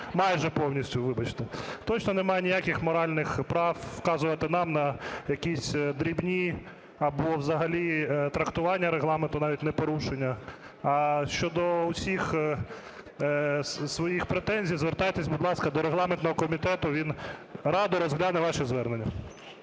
майже повністю, вибачте, точно не має ніяких моральних прав вказувати нам на якісь дрібні або взагалі трактування Регламенту, навіть не порушення. А щодо всіх своїх претензій звертайтесь, будь ласка, до регламентного комітету, він радо розгляне ваші звернення.